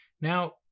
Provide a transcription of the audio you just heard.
Now